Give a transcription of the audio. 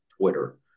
Twitter